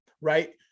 right